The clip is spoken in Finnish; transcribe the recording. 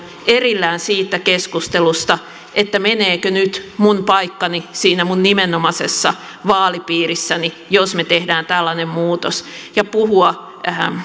erillään siitä keskustelusta meneekö nyt minun paikkani siinä minun nimenomaisessa vaalipiirissäni jos me teemme tällaisen muutoksen ja puhua